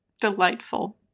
Delightful